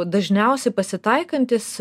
dažniausiai pasitaikantis